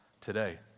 today